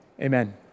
Amen